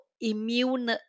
immune